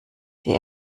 die